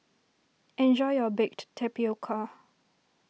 enjoy your Baked Tapioca